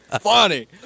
funny